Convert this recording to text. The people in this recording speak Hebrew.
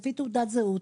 לפי תעודת זהות,